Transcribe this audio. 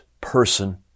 person